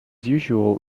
usual